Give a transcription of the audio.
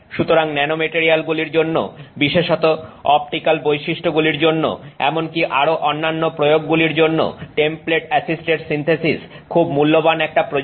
সুতরাং ন্যানোমেটারিয়ালগুলির জন্য বিশেষত অপটিক্যাল বৈশিষ্ট্যগুলির জন্য এমনকি আরো অন্যান্য প্রয়োগগুলির জন্য টেমপ্লেট অ্যাসিস্টেড সিন্থেসিস খুব মূল্যবান একটা প্রযুক্তি